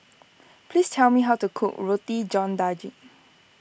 please tell me how to cook Roti John Daging